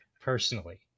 personally